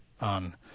on